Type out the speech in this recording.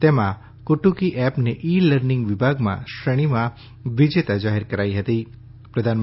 તેમાં કુટુકી એપને e learning વિભાગમાં શ્રેણીમાં વિજેતાં જાહેર કરાઈ હતીં